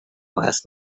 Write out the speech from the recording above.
last